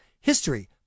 history